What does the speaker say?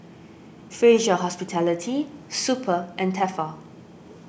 Fraser Hospitality Super and Tefal